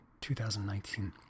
2019